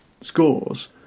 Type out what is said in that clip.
scores